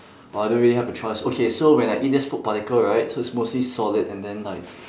but I don't really have a choice okay so when I eat this food particle right so it's mostly solid and then like